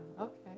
Okay